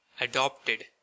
adopted